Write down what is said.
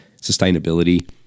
sustainability